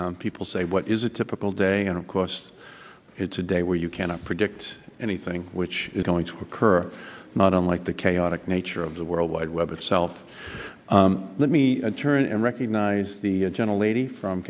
congress people say what is a typical day and of course it's a day where you cannot predict anything which is going to occur not unlike the chaotic nature of the world wide web itself let me turn and recognize the gentle lady from